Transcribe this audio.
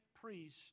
priest